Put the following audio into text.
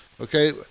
okay